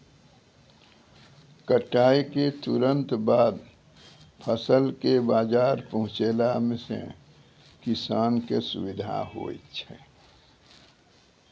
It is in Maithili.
कटाई क तुरंत बाद फसल कॅ बाजार पहुंचैला सें किसान कॅ सुविधा होय छै